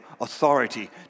authority